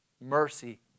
mercy